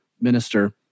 minister